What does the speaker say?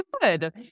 good